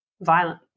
violent